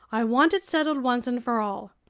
i want it settled once and for all.